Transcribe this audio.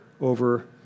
over